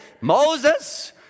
Moses